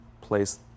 place